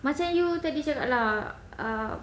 macam you tadi cakap lah ah